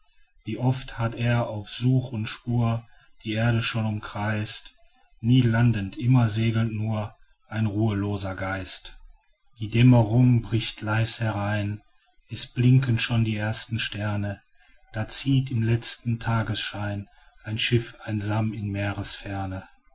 wie oft hat er auf such und spur die erde schon umkreist nie landend immer segelnd nur ein ruheloser geist die dämmerung bricht leis herein es blinken schon die ersten sterne da zieht im letzten tagesschein ein schiff einsam in